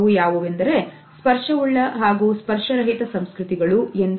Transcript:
ಅವೆಂದರೆ ಸ್ಪರ್ಶವುಳ್ಳ ಹಾಗೂ ಸ್ಪರ್ಶರಹಿತ ಸಂಸ್ಕೃತಿಗಳು ಎಂದು